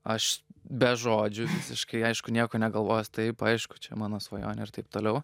aš be žodžių visiškai aišku nieko negalvojęs taip aišku čia mano svajonė ir taip toliau